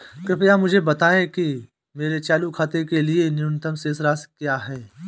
कृपया मुझे बताएं कि मेरे चालू खाते के लिए न्यूनतम शेष राशि क्या है?